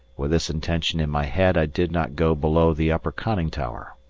with this intention in my head, i did not go below the upper conning tower.